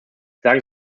sagen